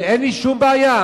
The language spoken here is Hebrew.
אין לי שום בעיה.